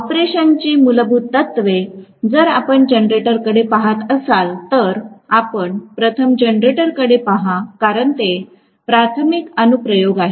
ऑपरेशनची मूलभूत तत्वे जर आपण जनरेटरकडे पहात असाल तर आपण प्रथम जनरेटरकडे पहा कारण ते प्राथमिक अनुप्रयोग आहे